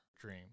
dream